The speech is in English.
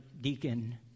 deacon